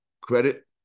credit